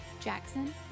Jackson